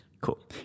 cool